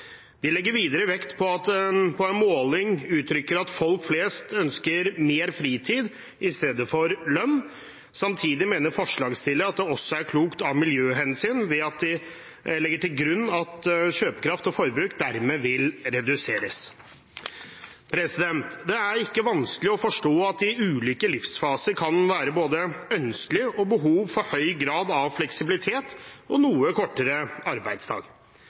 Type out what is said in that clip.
Det legges videre vekt på en måling som uttrykker at folk flest ønsker mer fritid i stedet for økt lønn. Samtidig mener forslagsstiller det også er klokt av miljøhensyn ved å legge til grunn at kjøpekraft og forbruk dermed vil reduseres. Det er ikke vanskelig å forstå at det i ulike livsfaser kan være både ønskelig og behov for høy grad av fleksibilitet og noe kortere arbeidsdag.